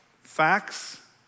Facts